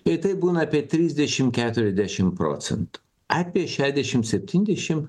ir tai būna apie trisdešim keturiasdešim procentų apie šešiasdešim septyniasdešim